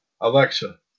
Alexa